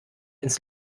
ins